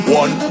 one